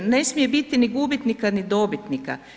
Ne smije biti ni gubitnika, ni dobitnika.